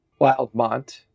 Wildmont